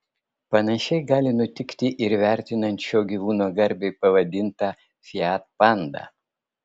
panašiai gali nutikti ir vertinant šio gyvūno garbei pavadintą fiat pandą